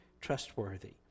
trustworthy